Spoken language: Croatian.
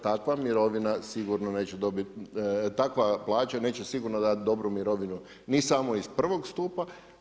Takva mirovina sigurno neće dobiti, takva plaća neće sigurno dati dobru mirovinu ni samo iz prvog stupa.